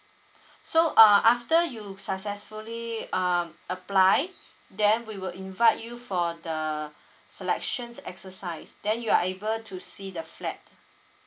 so uh after you successfully err apply then we will invite you for the selections exercise then you are able to see the flat